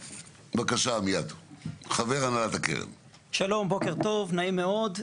שלום, בוקר טוב, נעים מאוד.